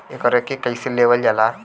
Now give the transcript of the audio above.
एकरके कईसे लेवल जाला?